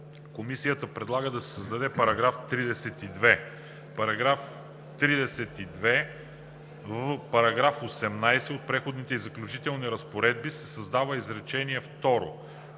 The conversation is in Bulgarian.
Комисията предлага да се създаде § 32: „§ 32. В § 18 от Преходните и заключителните разпоредби се създава изречение второ: